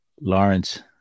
Lawrence